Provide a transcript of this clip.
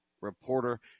reporter